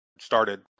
started